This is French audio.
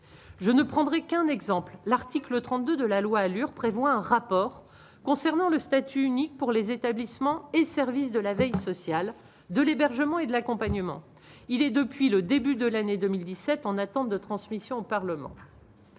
je ne prendrai qu'un exemple, l'article 32 de la loi allure prévoit un rapport concernant le statut unique pour les établissements et services de la veille sociale de l'hébergement et de l'accompagnement, il est depuis le début de l'année 2017 en attente de transmission au Parlement,